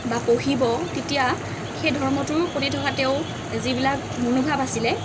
বা পঢ়িব তেতিয়া সেই ধৰ্মটোৰ প্ৰতি থকা তেওঁৰ যিবিলাক মনোভাৱ আছিলে